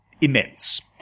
immense